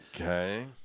Okay